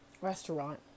Restaurant